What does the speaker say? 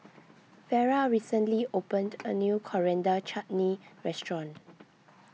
Vera recently opened a new Coriander Chutney restaurant